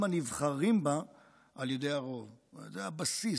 הנבחרים בה על ידי הרוב" זה הבסיס,